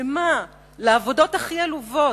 הן לעבודות הכי עלובות.